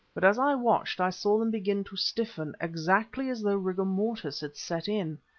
but as i watched i saw them begin to stiffen, exactly as though rigor mortis had set in.